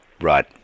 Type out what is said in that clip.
Right